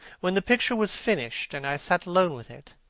when the picture was finished, and i sat alone with it,